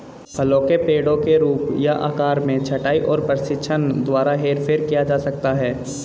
फलों के पेड़ों के रूप या आकार में छंटाई और प्रशिक्षण द्वारा हेरफेर किया जा सकता है